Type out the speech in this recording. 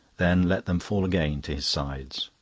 then let them fall again to his sides.